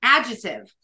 Adjective